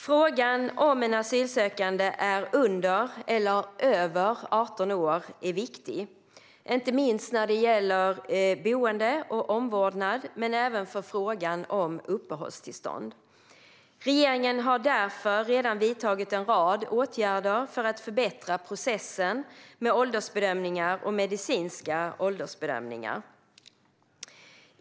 Frågan om en asylsökande är under eller över 18 år är viktig - inte minst när det gäller boende och omvårdnad, men även för frågan om uppehållstillstånd. Regeringen har därför redan vidtagit en rad åtgärder för att förbättra processen med åldersbedömningar och medicinska åldersbedömningar.